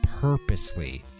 purposely